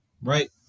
Right